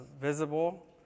visible